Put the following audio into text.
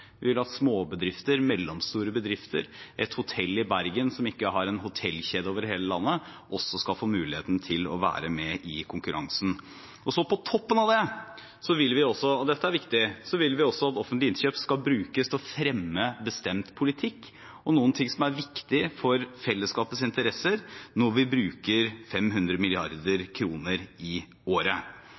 Vi vil at småbedrifter, mellomstore bedrifter, f.eks. et hotell i Bergen som ikke har en hotellkjede over hele landet, også skal få muligheten til å være med i konkurransen. På toppen av det vil vi også – og dette er viktig – at offentlige innkjøp skal brukes til å fremme bestemt politikk og noen ting som er viktig for fellesskapets interesser, når vi bruker 500 mrd. kr i året.